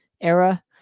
era